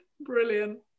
Brilliant